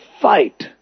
fight